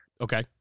Okay